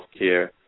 healthcare